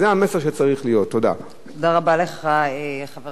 תודה רבה לך, חבר הכנסת אורי מקלב.